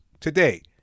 Today